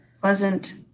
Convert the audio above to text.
pleasant